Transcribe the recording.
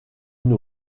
une